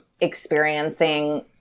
experiencing